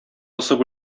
посып